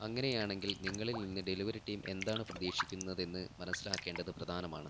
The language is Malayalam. അങ്ങനെയാണെങ്കിൽ നിങ്ങളിൽനിന്ന് ഡെലിവറി ടീം എന്താണ് പ്രതീക്ഷിക്കുന്നതെന്ന് മനസിലാക്കേണ്ടത് പ്രധാനമാണ്